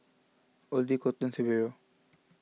Oddie Kolton Severo